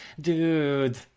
dude